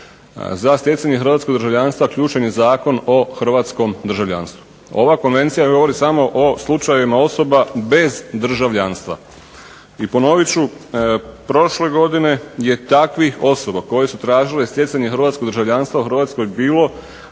Za stjecanje hrvatskog državljanstva ključan je Zakon o hrvatskom državljanstvu. Ova konvencija govori samo o slučajevima osoba bez državljanstva. I ponovit ću, prošle godine je takvih osoba koje su tražile stjecanje hrvatskog državljanstva u Hrvatskoj bilo